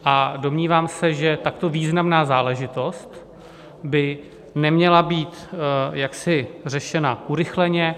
A domnívám se, že takto významná záležitost by neměla být jaksi řešena urychleně.